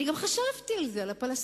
אני גם חשבתי על זה, על הפלסטינים.